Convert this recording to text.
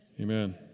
Amen